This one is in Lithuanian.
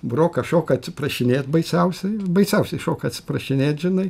brokas šoka atsiprašinėt baisiausia baisiausiai šoka atsiprašinėt žinai